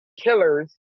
killers